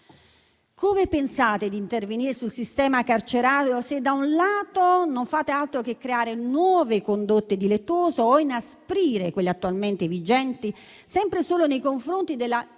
Come pensate di intervenire sul sistema carcerario se, da un lato, non fate altro che creare nuove condotte delittuose o inasprire quelle attualmente vigenti sempre e solo nei confronti della